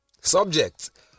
subject